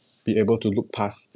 be able to look past